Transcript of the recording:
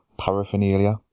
paraphernalia